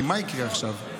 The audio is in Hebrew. כי מה יקרה עכשיו?